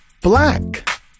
black